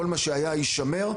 כל מה שהיה יישמר.